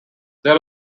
there